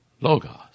Logos